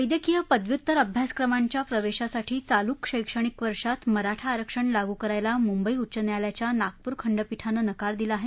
वद्यक्रीय पदव्युत्तर अभ्यासक्रमांच्या प्रवेशासाठी चालू शक्तिणिक वर्षात मराठा आरक्षण लागू करायला मुंबई उच्च न्यायालयाच्या नागपूर खंडपीठानं नकार दिला आहे